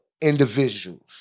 individuals-